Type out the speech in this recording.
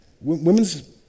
women's